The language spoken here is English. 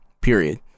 Period